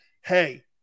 hey